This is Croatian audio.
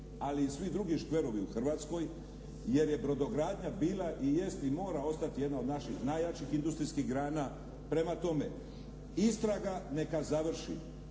ali i svi drugi škverovi u Hrvatskoj jer je brodogradnja bila i jest i mora ostati jedna od naših najjačih industrijskih grana. Prema tome, istraga neka završi.